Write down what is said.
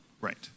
right